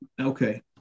Okay